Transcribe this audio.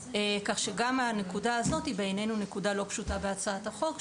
כך שגם הנקודה הזאת היא נקודה לא פשוטה בהצעת החוק,